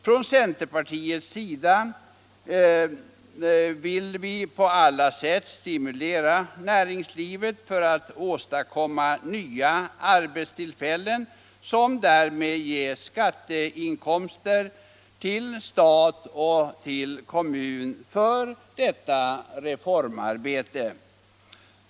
Från centerns sida vill vi på alla sätt stimulera näringslivet att skapa nya arbetstillfällen, som därmed ger skatteinkomster till stat och kommun för genomförande av dessa reformer.